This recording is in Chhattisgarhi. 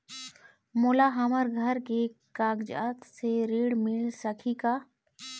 मोला हमर घर के कागजात से ऋण मिल सकही का?